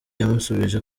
yamusubije